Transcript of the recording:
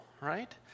right